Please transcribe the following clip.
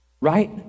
right